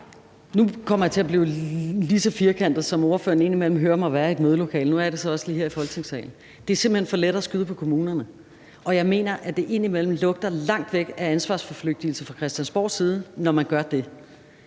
Nu kommer jeg til at blive lige så firkantet, som spørgeren ind imellem hører mig være i et mødelokale; nu er jeg det så også lige her i Folketingssalen. Det er simpelt hen for let at skyde på kommunerne, og jeg mener, at det indimellem lugter langt væk af ansvarsforflygtigelse fra Christiansborgs side, når man gør det.